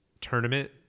tournament